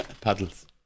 Paddles